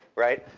right?